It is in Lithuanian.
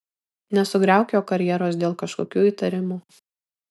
nesugriauk jo karjeros dėl kažkokių įtarimų